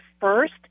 first